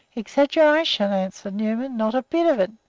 exaggeration! answered newman. not a bit of it.